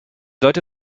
leute